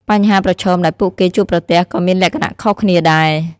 បញ្ហាប្រឈមដែលពួកគេជួបប្រទះក៏មានលក្ខណៈខុសគ្នាដែរ។